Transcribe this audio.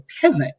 pivot